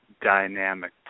dynamic